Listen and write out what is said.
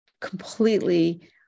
completely